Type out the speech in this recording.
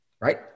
Right